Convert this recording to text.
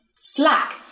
Slack